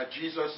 Jesus